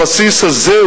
הבסיס הזה,